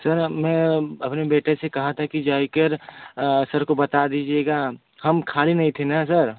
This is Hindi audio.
सर मैंने अपने बेटे से कहा था कि जाकर सर को बता दीजिएगा कि हम खाली नहीं थे ना सर